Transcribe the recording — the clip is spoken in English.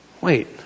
Wait